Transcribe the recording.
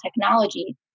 technology